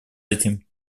этим